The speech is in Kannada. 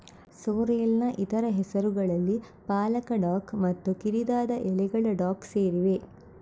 ಸೋರ್ರೆಲ್ನ ಇತರ ಹೆಸರುಗಳಲ್ಲಿ ಪಾಲಕ ಡಾಕ್ ಮತ್ತು ಕಿರಿದಾದ ಎಲೆಗಳ ಡಾಕ್ ಸೇರಿವೆ